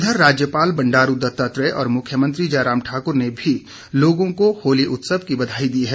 इधर राज्यपाल बंडारू दत्तात्रेय और मुख्यमंत्री जयराम ठाकुर ने भी लोगों को होली उत्सव की बधाई दी है